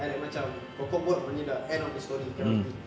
and like macam kalau kau buat maknanya dah end of the story that kind of thing